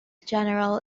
general